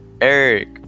Eric